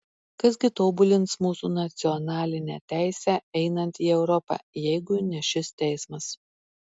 kas gi tobulins mūsų nacionalinę teisę einant į europą jeigu ne šis teismas